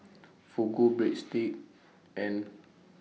Fugu Breadsticks and